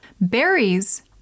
Berries